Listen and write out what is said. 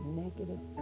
negative